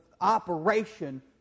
operation